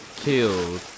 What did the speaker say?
killed